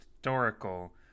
historical